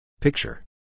Picture